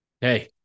Hey